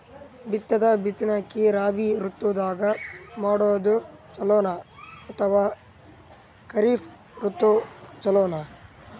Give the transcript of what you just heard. ಭತ್ತದ ಬಿತ್ತನಕಿ ರಾಬಿ ಋತು ದಾಗ ಮಾಡೋದು ಚಲೋನ ಅಥವಾ ಖರೀಫ್ ಋತು ಚಲೋನ?